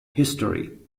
history